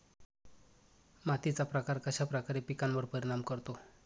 मातीचा प्रकार कश्याप्रकारे पिकांवर परिणाम करतो?